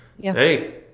hey